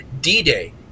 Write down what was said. D-Day